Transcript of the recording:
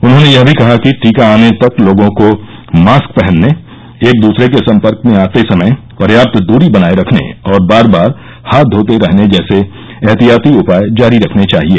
उन्होंने यह भी कहा कि टीका आने तक लोगों को मास्क पहनने एक द्सरे के संपर्क में आते समय पर्याप्त दूरी बनाये रखने और बार बार हाथ धोते रहने जैसे एहतियाती उपाय जारी रखने चाहिए